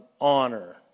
honor